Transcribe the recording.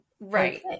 Right